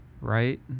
Right